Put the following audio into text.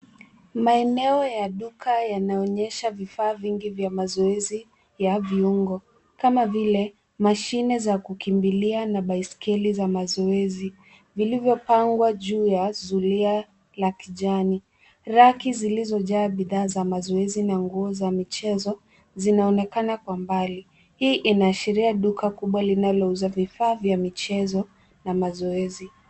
Maeneo ya duka yanaonyesha vifaa vingi vya mazoezi ya viungo kama vile mashine za kukimbilia na baiskeli za mazoezi vilivyopangwa juu ya zulia la kijani. Raki zilizojaa bidhaa za mazoezi na nguo za michezo zinaonekana kwa mbali. Hii inashiria duka kubwa linalouza vifaa ya michezo na mazoezi.